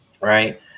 right